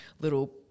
little